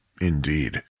Indeed